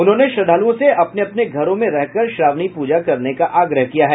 उन्होंने श्रद्धालुओं से अपने अपने घरों में रहकर श्रावणी पूजा करने का आग्रह किया है